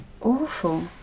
awful